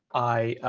i